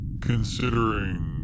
considering